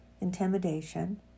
intimidation